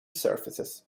surfaces